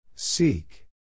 Seek